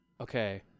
Okay